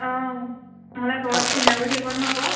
অঁ নহ'লে ঘৰত চিন্তা কৰি থাকিব নহয় আকৌ